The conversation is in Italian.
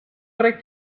tre